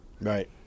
Right